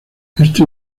esto